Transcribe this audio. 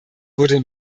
wurde